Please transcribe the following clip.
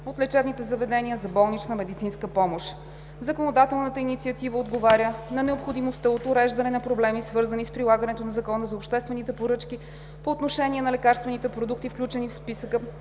от лечебните заведения за болнична медицинска помощ. Законодателната инициатива отговаря на необходимостта от уреждане на проблеми, свързани с прилагането на Закона за обществените поръчки по отношение на лекарствените продукти, включени в списъка